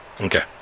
Okay